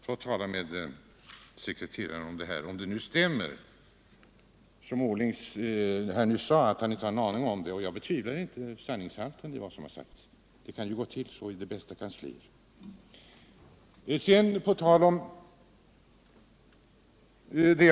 Gå och tala med sekreteraren om det här om det nu stämmer, som herr Åsling sade, att herr Åsling inte har en aning om saken. Jag betvivlar inte sanningshalten i herr Åslings påstående. Men kontakten kan vara bristfällig även i de bästa kanslier.